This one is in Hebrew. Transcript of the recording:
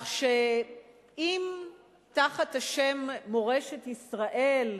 כך שאם תחת השם "מורשת ישראל"